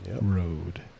Road